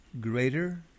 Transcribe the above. greater